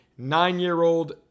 Nine-year-old